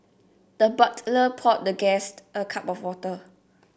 the butler the poured the guest a cup of water